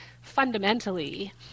fundamentally